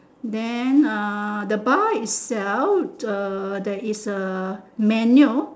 then uh the bar itself the there is a menu